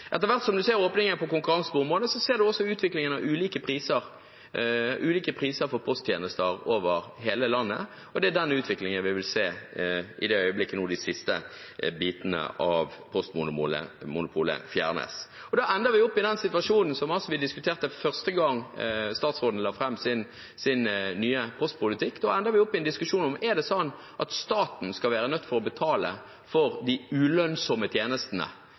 konkurranse på området, ser man også utviklingen av ulike priser for posttjenester over hele landet, og det er den utviklingen vi vil se i det øyeblikk de siste bitene av postmonopolet fjernes. Da ender vi opp i den situasjonen som vi hadde første gang statsråden la fram sin nye postpolitikk, med en diskusjon om staten skal være nødt til å betale for de ulønnsomme tjenestene.